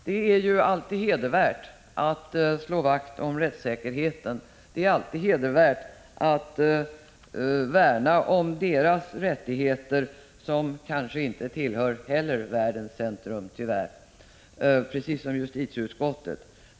Det är ju alltid hedervärt att slå vakt om rättssäkerheten, att värna om rättigheterna för dem som tyvärr, liksom justitieutskottet, inte heller finns i världens centrum.